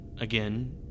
again